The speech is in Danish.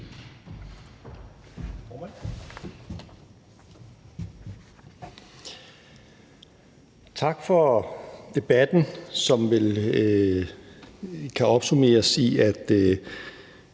tak for debatten, som vel kan opsummeres i, at